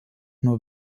nur